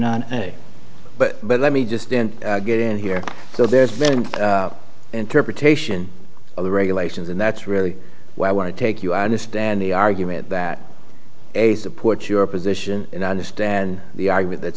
nine but but let me just didn't get in here so there's very interpretation of the regulations and that's really where i want to take you i understand the argument that a support your position and i understand the argument that